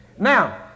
Now